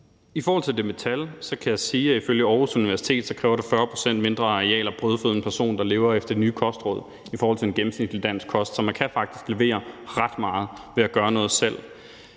I forhold til det med tal kan jeg sige, at ifølge Aarhus Universitet kræver det 40 pct. mindre areal at brødføde en person, der lever efter de nye kostråd, i forhold til den gennemsnitlige danske kost. Så man kan faktisk levere ret meget ved at gøre noget selv.